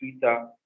Twitter